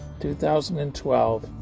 2012